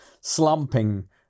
slumping